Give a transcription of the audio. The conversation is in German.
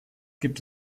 gibt